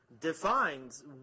defines